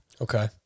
Okay